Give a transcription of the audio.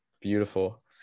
Beautiful